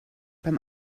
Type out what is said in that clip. beim